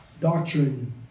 doctrine